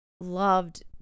loved